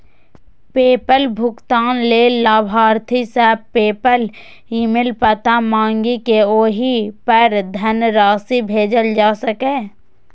PayPal भुगतान लेल लाभार्थी सं पेपल ईमेल पता मांगि कें ओहि पर धनराशि भेजल जा सकैए